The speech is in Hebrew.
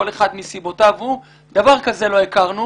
כל אחד מסיבותיו הוא דבר כזה לא הכרנו.